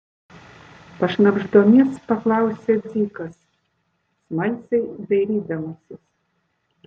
pašnabždomis paklausė dzikas smalsiai dairydamasis